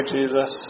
Jesus